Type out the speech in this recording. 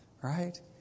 right